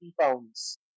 pounds